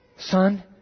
Son